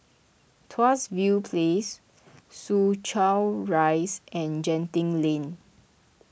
Tuas View Place Soo Chow Rise and Genting Lane